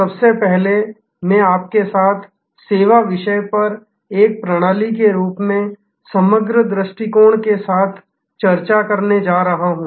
सबसे पहले मैं आपके साथ सेवा के विषय पर एक प्रणाली के रूप में समग्र दृष्टिकोण के साथ चर्चा करने जा रहा हूं